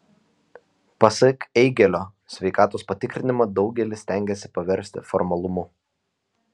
pasak eigėlio sveikatos patikrinimą daugelis stengiasi paversti formalumu